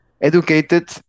educated